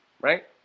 right